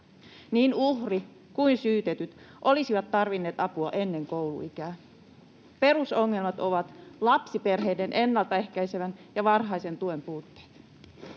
Niin uhri kuin syytetyt olisivat tarvinneet apua ennen kouluikää. Perusongelmat ovat lapsiperheiden ennaltaehkäisevän ja varhaisen tuen puutteet.